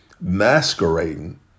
masquerading